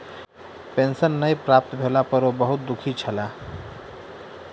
pension नै प्राप्त भेला पर ओ बहुत दुःखी छला